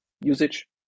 usage